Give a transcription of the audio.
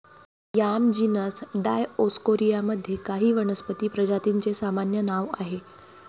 yam genus Dioscorea मध्ये काही वनस्पती प्रजातींचे सामान्य नाव आहे